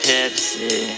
Pepsi